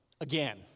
Again